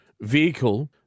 vehicle